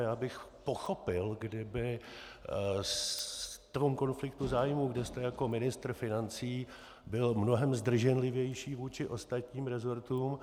Já bych pochopil, kdybyste v tom konfliktu zájmů, kde jste jako ministr financí, byl mnohem zdrženlivější vůči ostatním resortům.